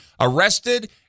arrested